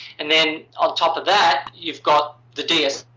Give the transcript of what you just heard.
and then, on top of that, you've got the dsr,